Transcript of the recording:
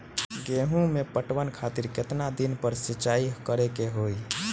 गेहूं में पटवन खातिर केतना दिन पर सिंचाई करें के होई?